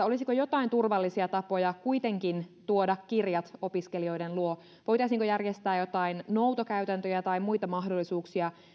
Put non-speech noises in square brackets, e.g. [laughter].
[unintelligible] olisiko jotain turvallisia tapoja kuitenkin tuoda kirjat opiskelijoiden luo voitaisiinko järjestää jotain noutokäytäntöjä tai muita mahdollisuuksia